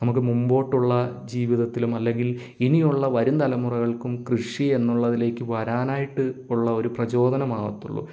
നമുക്ക് മുൻപൊട്ടുള്ള ജീവിതത്തിലും അല്ലെങ്കിൽ ഇനിയുള്ള വരും തലമുറകൾക്കും കൃഷി എന്നുള്ളതിലേക്ക് വരാൻ ആയിട്ട് ഉള്ള ഒരു പ്രചോദനമാവത്തുള്ളൂ